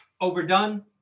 overdone